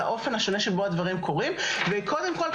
האופן השונה שבו הדברים קורים וקודם כל,